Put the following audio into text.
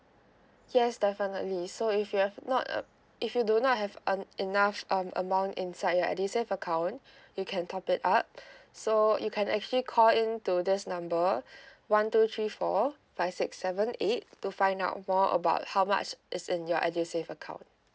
yes definitely so if you have not uh if you do not have um enough um amount inside your edusave account you can top it up so you can actually call in to this number one two three four five six seven eight to find out more about how much is in your edusave account